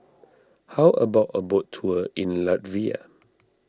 how about a boat tour in Latvia